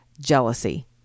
Jealousy